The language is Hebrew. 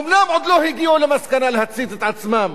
אומנם עוד לא הגיעו למסקנה להצית את עצמם,